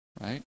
right